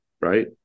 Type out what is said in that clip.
right